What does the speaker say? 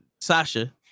Sasha